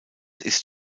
ist